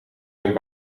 zijn